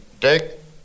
Dick